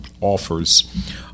offers